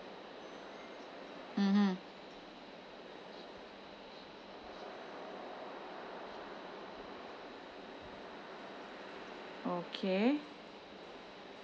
mmhmm okay